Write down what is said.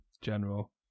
General